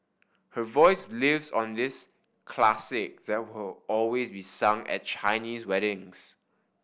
her voice lives on this classic that will always be sung at Chinese weddings